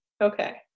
Okay